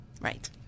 Right